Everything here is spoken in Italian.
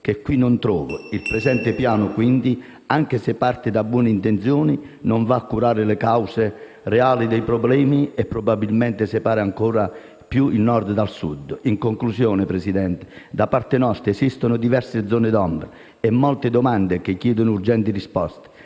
che qui non trovo. Il presente piano, quindi, anche se parte da buone intenzioni, non va a curare le cause reali dei problemi e probabilmente separa ancor di più il Nord dal Sud. In conclusione, Presidente, da parte nostra esistono diverse zone d'ombra e molte domande che chiedono urgenti risposte,